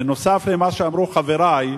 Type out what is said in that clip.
בנוסף למה שאמרו חברי,